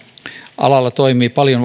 alalla toimii paljon